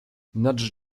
nudge